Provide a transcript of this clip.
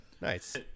nice